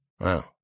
Wow